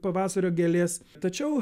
pavasario gėlės tačiau